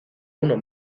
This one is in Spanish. uno